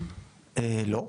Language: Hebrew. לא.